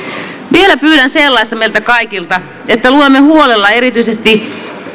vielä pyydän sellaista meiltä kaikilta että luemme huolella erityisesti